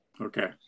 Okay